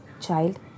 Child